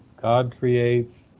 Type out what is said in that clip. god creates,